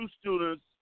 students